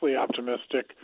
optimistic